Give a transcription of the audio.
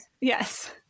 Yes